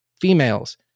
females